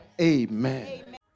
Amen